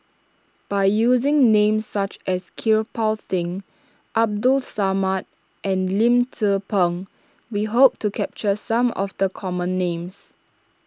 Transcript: by using names such as Kirpal Singh Abdul Samad and Lim Tze Peng we hope to capture some of the common names